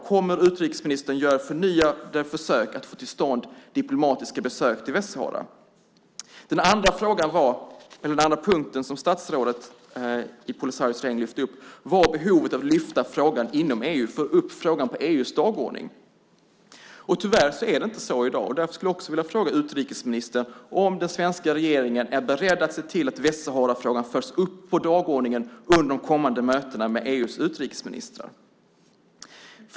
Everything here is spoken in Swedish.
Kommer utrikesministern att göra förnyade försök att få till stånd diplomatiska besök till Västsahara? Den andra punkten som statsrådet i Polisarios regering lyfte upp var behovet av att få upp frågan på EU:s dagordning. Tyvärr finns den inte där i dag. Är den svenska regeringen beredd att se till att Västsaharafrågan förs upp på dagordningen under de kommande mötena med EU:s utrikesministrar?